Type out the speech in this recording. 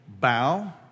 bow